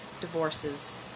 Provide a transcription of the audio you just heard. divorces